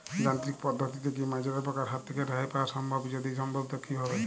যান্ত্রিক পদ্ধতিতে কী মাজরা পোকার হাত থেকে রেহাই পাওয়া সম্ভব যদি সম্ভব তো কী ভাবে?